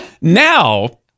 now